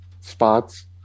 spots